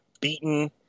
beaten